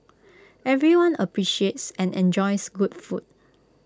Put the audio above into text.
everyone appreciates and enjoys good food